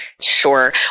Sure